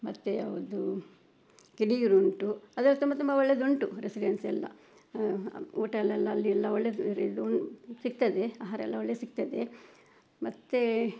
ಮತ್ತು ಯಾವುದು ಕಿಡಿಯೂರುಂಟು ಅದ್ರಲ್ಲಿ ತುಂಬ ತುಂಬ ಒಳ್ಳೆಯದುಂಟು ರೆಸಿಡೆನ್ಸಿಯೆಲ್ಲ ಹೋಟೆಲೆಲ್ಲ ಅಲ್ಲಿಯೆಲ್ಲ ಒಳ್ಳೇದು ಉಂಟು ಸಿಗ್ತದೆ ಆಹಾರಯೆಲ್ಲ ಒಳ್ಳೆಯ ಸಿಗ್ತದೆ ಮತ್ತು